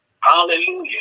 Hallelujah